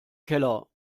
keller